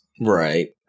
Right